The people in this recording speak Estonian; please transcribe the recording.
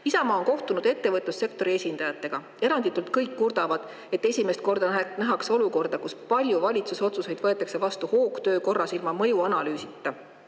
Isamaa on kohtunud ettevõtlussektori esindajatega. Eranditult kõik kurdavad, et esimest korda nähakse olukorda, kus paljud valitsuse otsused võetakse vastu hoogtöö korras, ilma mõjuanalüüsita.